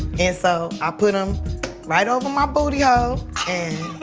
and so i put em right over my bootyhole and,